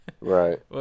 right